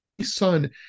son